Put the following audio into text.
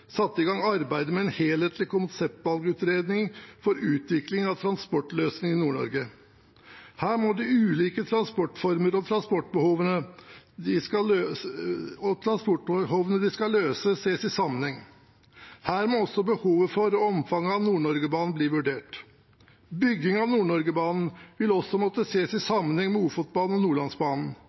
satte i gang arbeidet med en helhetlig konseptvalgutredning for utvikling av transportløsninger i Nord-Norge. Her må de ulike transportformer og transportbehovene de skal løse, ses i sammenheng. Her må også behovet for og omfanget av Nord-Norge-banen bli vurdert. Bygging av Nord-Norge-banen vil også måtte ses i sammenheng med Ofotbanen og Nordlandsbanen.